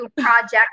project